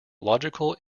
logical